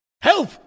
Help